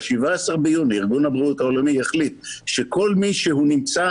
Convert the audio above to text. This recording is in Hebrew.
ב-17 ביוני ארגון הבריאות העולמי החליט שכל מי שנמצא